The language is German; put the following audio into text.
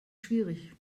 schwierig